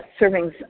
servings